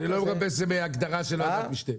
אני לא מחפש הגדרה של ועדת משנה.